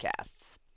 Podcasts